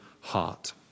heart